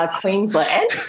Queensland